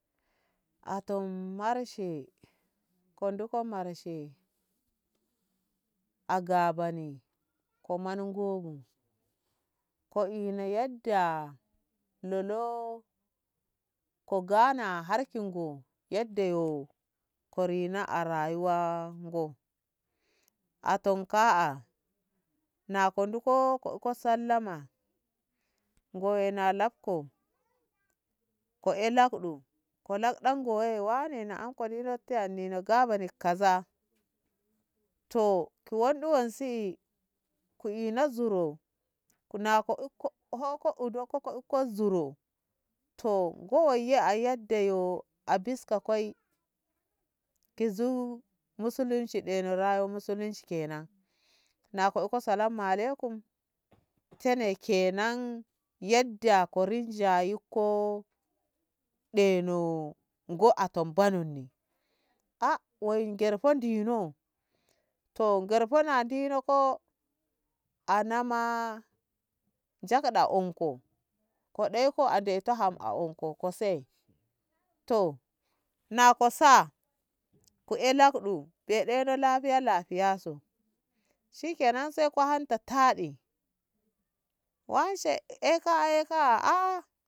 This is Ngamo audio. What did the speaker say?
a tom mar she ko nduko marshe a ga bani ko mani gobu ko ina yadda lolo ko gana har ngo yaddo yo kori no a rayuwa ngo atom ka'a na iko na iko sallama ngo na labko ko'e lakɗo ko lakɗanko waye wane ko dina tiya ni da gabani kaza ki wanɗi wansi ku ina zuro ku na iko hoko udokko uko zuro to go waiye a yadda yo a bisa koi kizo musulunci ɗe na rayo musulunci ke nan na iko salamma alaikum tene kena yadda ka rinjayinko ɗeno ngo atom banoni a wai ngerho dino mgerho na dina ko ana ma njaɗa unko ko ɗai ko a dai to ham a unko ko sai to na ko sa ko'e lakɗu ɗeno lahiya lahiya su shike nan sai ko anta taɗe wanshe e ka'a e ka'a